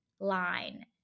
line